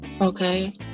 Okay